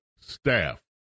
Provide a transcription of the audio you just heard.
staff